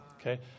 Okay